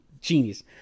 Genius